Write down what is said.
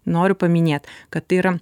noriu paminėt kad tai yra